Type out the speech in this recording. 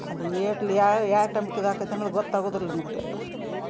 ಅದ್ ಏಟ್ ಲೀಯಾ ಯಾ ಟೈಮ್ಗ್ ಇದಾಕತೆ ಅನ್ನುದು ಗೊತ್ತಾಗುದಿಲ್ಲ ನಮ್ಗೆ ಅದು